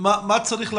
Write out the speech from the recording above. מה צריך לעשות?